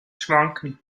schwanken